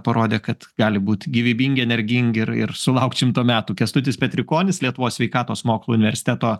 parodė kad gali būt gyvybingi energingi ir ir sulaukt šimto metų kęstutis petrikonis lietuvos sveikatos mokslų universiteto